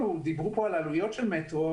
דיברו פה על העלויות של המטרו